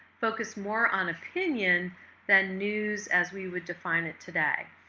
focus more on opinion than news as we would define it today.